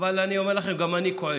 אבל אני אומר לכם: גם אני כועס,